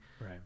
Right